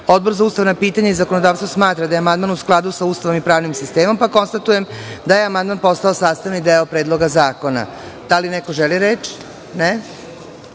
Odbor za ustavna pitanja i zakonodavstvo smatra da je amandman u skladu sa Ustavom i pravnim sistemom, pa konstatujem da je amandman postao sastavni deo Predloga zakona. Da li još neko želi reč?